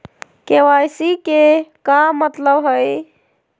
KYC के का मतलब हई?